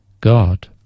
God